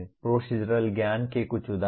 procedural ज्ञान के कुछ उदाहरण